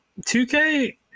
2k